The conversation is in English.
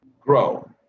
grow